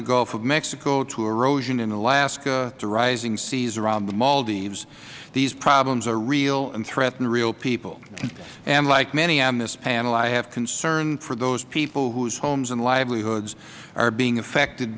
the gulf of mexico to erosion in alaska to rising seas around the maldives these problems are real and threaten real people and like many on this panel i have concern for those people whose homes and livelihoods are being affected